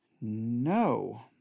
No